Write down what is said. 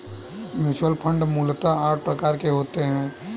mutual fund मूलतः आठ प्रकार के होते हैं